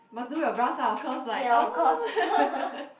must do your brows lah of course like uh